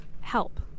help